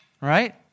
right